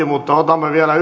mutta otamme vielä